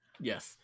Yes